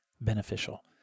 beneficial